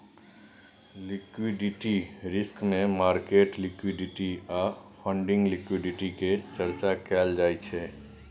liquidity risk मे market liquidity आ funding liquidity के चर्चा कएल जाइ छै